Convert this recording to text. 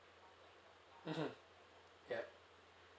mmhmm ya